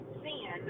sin